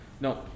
No